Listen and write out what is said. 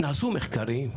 נעשו מחקרים?